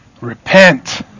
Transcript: Repent